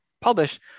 publish